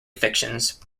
fictions